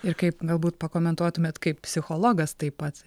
ir kaip galbūt pakomentuotumėt kaip psichologas taip pat